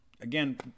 again